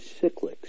cyclics